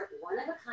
one-of-a-kind